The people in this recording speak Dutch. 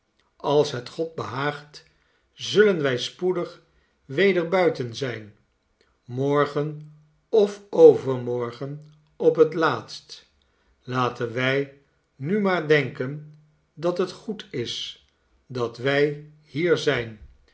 als het god behaagt zullen wij spoedig weder buiten zijn morgen of overmorgen op het laatst laten wij nu maar denken dat het goed is dat wij hier zijn